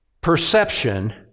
perception